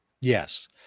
yes